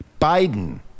Biden